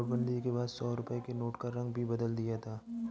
नोटबंदी के बाद सौ रुपए के नोट का रंग भी बदल दिया था